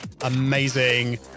amazing